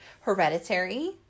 Hereditary